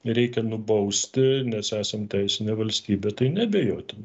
reikia nubausti nes esam teisinė valstybė tai neabejotina